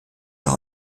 auch